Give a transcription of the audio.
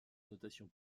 notation